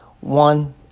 one